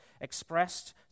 expressed